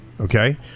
okay